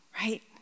right